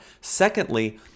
Secondly